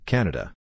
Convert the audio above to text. Canada